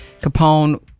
Capone